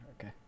okay